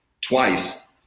twice